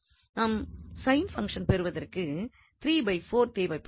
நாம் sine function பெறுவதற்கு தேவைப்படுகிறது